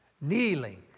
kneeling